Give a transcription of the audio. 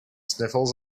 sniffles